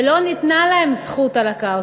ולא ניתנה להם זכות על הקרקע.